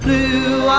Blue